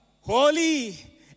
holy